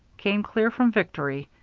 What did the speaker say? came clear from victory.